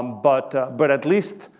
but but at least,